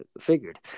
figured